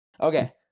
okay